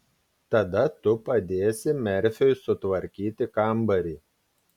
tada tu padėsi merfiui sutvarkyti kambarį